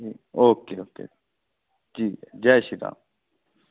okay okay ठीक ऐ जय श्री राम